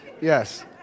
Yes